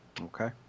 Okay